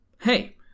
Hey